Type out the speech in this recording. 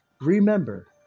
remember